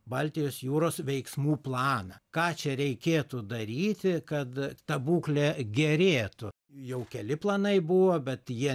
baltijos jūros veiksmų planą ką čia reikėtų daryti kad ta būklė gerėtų jau keli planai buvo bet jie